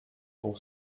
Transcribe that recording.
pour